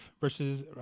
versus